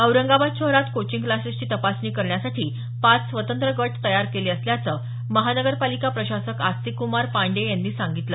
औरंगाबाद शहरात कोचिंग क्लासेसची तपासणी करण्यासाठी पाच स्वतंत्र गट तयार केले असल्याचं महानगरपालिका प्रशासक आस्तिक कुमार पांडेय यांनी सांगितलं